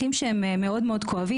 המונח חסרי השכלה זה מאוד כואב,